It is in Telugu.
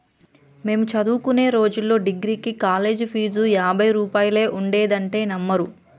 మేము చదువుకునే రోజుల్లో డిగ్రీకి కాలేజీ ఫీజు యాభై రూపాయలే ఉండేదంటే నమ్మరు